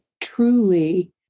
truly